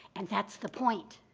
and that's the point.